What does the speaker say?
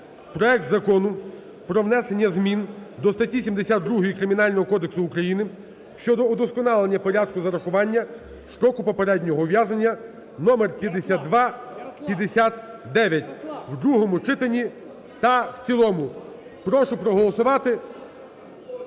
проект Закону про внесення змін до статті 72 Кримінального кодексу України щодо удосконалення порядку зарахування строку попереднього ув'язнення (номер 5259) в другому читанні та в цілому. Прошу проголосувати,